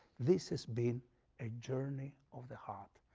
this has been a journey of the heart,